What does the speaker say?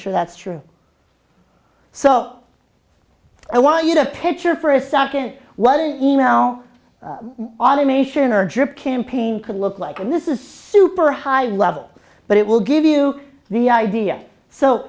sure that's true so i want you to picture for a second what is he now automation or drip campaign could look like and this is super high level but it will give you the idea so